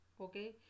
okay